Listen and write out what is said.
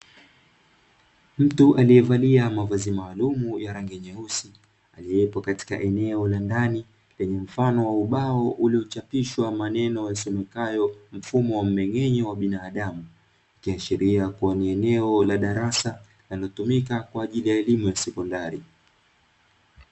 Mtu alievalia mavazi maalumu ya rangi nyeusi, aliepo katika eneo la ndani lenye mfano wa ubao, uliochapishwa maneno yasomekayo “ mfumo wa mmeng’enyo wa binadamu”. Ikiashiria kuwa ni eneo la darasa linalotumika kwa ajili ya elimu ya sekondari.